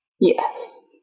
Yes